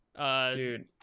Dude